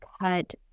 cut